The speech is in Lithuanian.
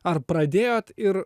ar pradėjot ir